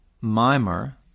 Mimer